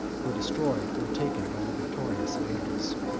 were destroyed or taken by the victorious vandals.